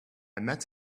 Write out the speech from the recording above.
met